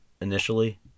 initially